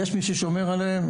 יש מי ששומר עליהן,